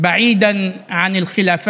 רחוק מחילוקי הדעות,